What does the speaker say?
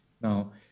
now